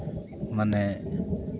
ᱢᱟᱱᱮ